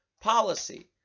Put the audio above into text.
policy